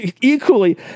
equally